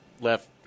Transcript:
left